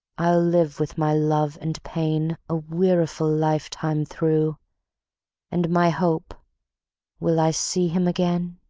i'll live with my love and pain a weariful lifetime through and my hope will i see him again,